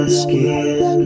skin